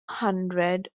hundred